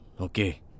Okay